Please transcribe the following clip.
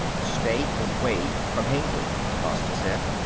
stay away from hengly, costa said.